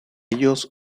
ellos